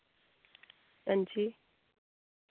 हांजी